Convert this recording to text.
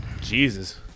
Jesus